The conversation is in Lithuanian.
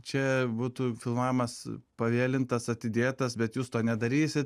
čia būtų filmavimas pavėlintas atidėtas bet jūs to nedarysit